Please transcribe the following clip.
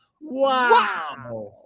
Wow